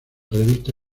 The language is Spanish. revista